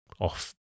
off